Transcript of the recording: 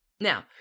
Now